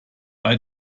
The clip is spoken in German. bei